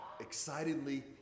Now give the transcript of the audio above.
excitedly